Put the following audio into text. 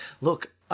look